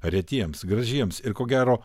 retiems gražiems ir ko gero